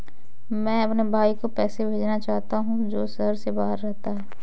मैं अपने भाई को पैसे भेजना चाहता हूँ जो शहर से बाहर रहता है